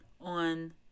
on